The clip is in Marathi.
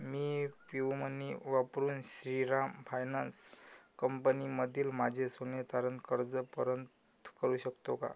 मी पियुमनी वापरून श्रीराम फायनान्स कंपनीमधील माझे सोने तारण कर्ज परत करू शकतो का